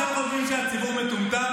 אתם חושבים שהציבור מטומטם?